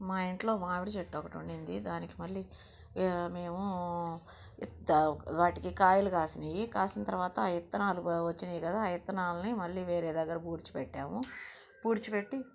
మా ఇంట్లో మామిడి చెట్టు ఒకటి ఉన్నింది దానికి మళ్ళీ వే మేము దా వాటికి కాయలు కాసినాయి కాసిన తర్వాత విత్తనాలు వ వచ్చినాయి కదా విత్తనాలని మళ్ళీ వేరే దగ్గర పూడ్చిపెట్టాము పూడ్చిపెట్టి